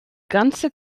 ganze